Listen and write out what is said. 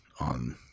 on